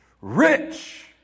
Rich